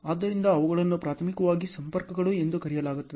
ಆದ್ದರಿಂದ ಅವುಗಳನ್ನು ಪ್ರಾಥಮಿಕವಾಗಿ ಸಂಪರ್ಕಗಳು ಎಂದು ಕರೆಯಲಾಗುತ್ತದೆ